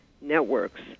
networks